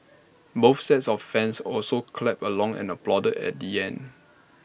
both sets of fans also clapped along and applauded at the end